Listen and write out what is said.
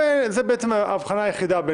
זו האבחנה היחידה.